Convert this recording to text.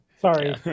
Sorry